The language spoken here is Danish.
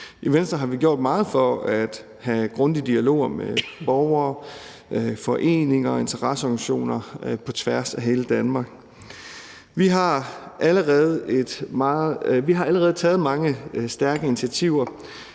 I Venstre har vi gjort meget for at have grundige dialoger med borgere, foreninger og interesseorganisationer på tværs af hele Danmark. Vi har allerede taget mange stærke initiativer,